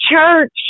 church